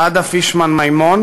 עדה פישמן מימון,